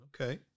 Okay